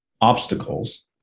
obstacles